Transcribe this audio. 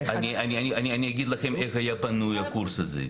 אני אגיד לכם איך היה בנוי הקורס הזה.